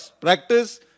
practice